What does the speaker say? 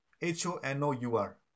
H-O-N-O-U-R